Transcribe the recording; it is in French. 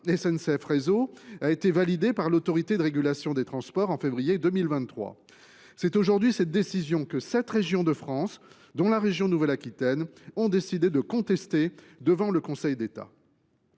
SNCF Réseau, a été validée par l’Autorité de régulation des transports (ART) en février 2023. C’est cette décision que sept régions de France, dont la région Nouvelle Aquitaine, ont décidé de contester devant le Conseil d’État.